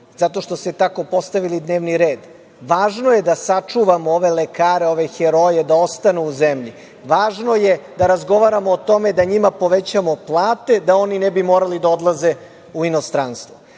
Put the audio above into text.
zato što ste tako postavili dnevni red. Važno je da sačuvamo ove lekare, ove heroje da ostanu u zemlji. Važno je da razgovaramo o tome da njima povećamo plate da oni ne bi morali da odlaze u inostranstvo.